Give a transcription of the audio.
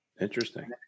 Interesting